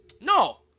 No